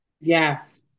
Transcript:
Yes